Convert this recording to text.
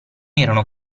erano